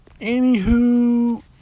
anywho